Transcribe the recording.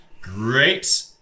Great